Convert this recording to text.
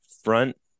front